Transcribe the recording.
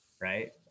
right